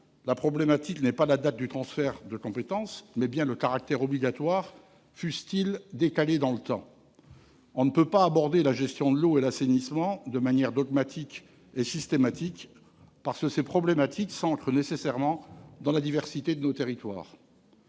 la problématique est, non pas la date du transfert de compétences, mais bien son caractère obligatoire, fût-il décalé dans le temps. On ne peut pas aborder la gestion de l'eau et de l'assainissement de manière dogmatique et systématique, parce que ces problématiques s'ancrent nécessairement dans la diversité de nos territoires.